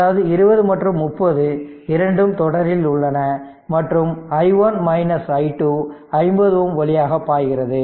அதாவது 20 மற்றும் 30 Ω இரண்டும் தொடரில் உள்ளன மற்றும் i1 i2 50 Ω வழியாக பாய்கிறது